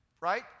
right